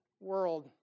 world